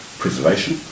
preservation